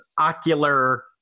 ocular